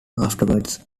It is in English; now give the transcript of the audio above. afterwards